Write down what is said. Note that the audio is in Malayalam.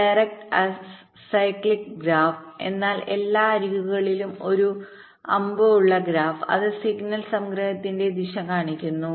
ഡയറക്ട് അസൈക്ലിക് ഗ്രാഫ്എന്നാൽ എല്ലാ അരികുകളിലും ഒരു അമ്പ് ഉള്ള ഗ്രാഫ് അത് സിഗ്നൽ സംക്രമണത്തിന്റെ ദിശ കാണിക്കുന്നു